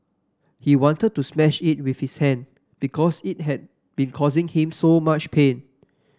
he wanted to smash it with his hand because it had been causing him so much pain